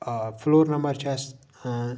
آ floor number چھِ اَسہِ